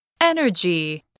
energy